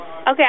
Okay